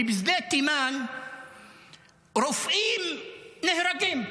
כי בשדה תימן רופאים נהרגים.